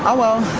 um well.